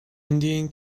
indian